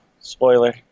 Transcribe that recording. spoiler